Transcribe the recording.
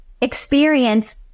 experience